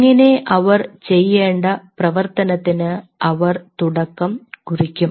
അങ്ങിനെ അവർ ചെയ്യേണ്ട പ്രവർത്തനത്തിന് അവർ തുടക്കം കുറിക്കും